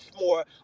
more